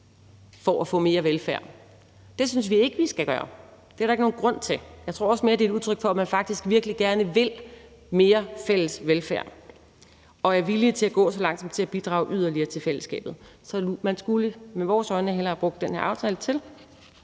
for at få mere velfærd. Det synes vi ikke de skal gøre. Det er der ikke nogen grund til. Jeg tror også, det mere er et udtryk for, at man faktisk virkelig gerne vil mere fælles velfærd og er villig til at gå så langt som til at bidrage yderligere til fællesskabet. Man skulle set med vores øjne hellere have brugt den her aftale til